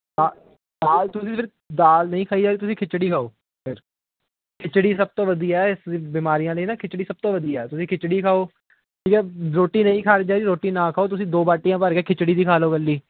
ਹਾ ਦਾਲ ਤੁਸੀਂ ਫਿਰ ਦਾਲ ਨਹੀਂ ਖਾਈ ਤੁਸੀਂ ਖਿੱਚੜੀ ਖਾਓ ਖਿੱਚੜੀ ਸਭ ਤੋਂ ਵਧੀਆ ਹੈ ਇਸ ਬਿਮਾਰੀਆਂ ਲਈ ਨਾ ਖਿਚੜੀ ਸਭ ਤੋਂ ਵਧੀਆ ਤੁਸੀਂ ਖਿਚੜੀ ਖਾਓ ਠੀਕ ਹੈ ਰੋਟੀ ਨਹੀਂ ਖਾਣੀ ਚਾਹੀਦੀ ਰੋਟੀ ਨਾ ਖਾਓ ਤੁਸੀਂ ਦੋ ਬਾਟੀਆਂ ਭਰ ਕੇ ਖਿਚੜੀ ਦੀ ਖਾ ਲਓ ਇਕੱਲੀ